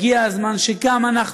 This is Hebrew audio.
הגיע הזמן שגם אנחנו,